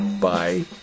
Bye